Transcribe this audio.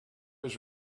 his